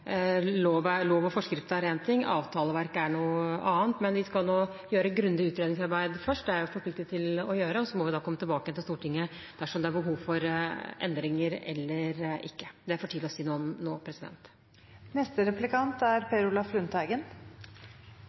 Lov og forskrift er én ting, avtaleverk er noe annet. Men vi skal nå gjøre grundig utredningsarbeid først – det er vi forpliktet til å gjøre – og så må vi da komme tilbake til Stortinget dersom det er behov for endringer eller ikke. Det er det for tidlig å si noe om nå.